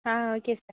ah okay sir